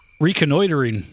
Reconnoitering